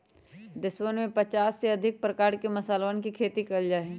देशवन में पचास से अधिक प्रकार के मसालवन के खेती कइल जा हई